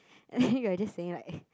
you're just saying like